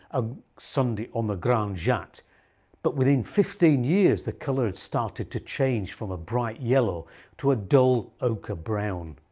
a sunday on the grande jatte but within fifteen years the colour started to change from a bright yellow to a dull ochre brown.